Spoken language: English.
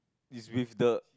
it's with the